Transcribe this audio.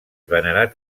venerat